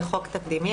זה חוק תקדימי,